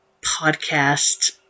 podcast